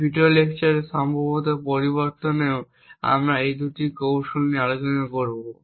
এই ভিডিও লেকচারে এবং সম্ভবত পরবর্তীতেও আমরা এই ধরনের দুটি কৌশল নিয়ে আলোচনা করব